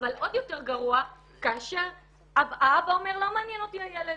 אבל עוד יותר גרוע כאשר האבא אומר לא מעניין אותי הילד,